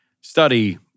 study